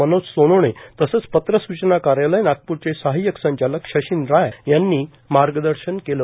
मनोज सोनोने तसंच पत्र सुचना कार्यालय नागपूरचे सहाय्यक संचालक शशीन राय यांनी मार्गदर्शन केले